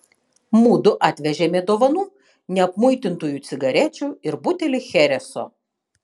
mudu atvežėme dovanų neapmuitintųjų cigarečių ir butelį chereso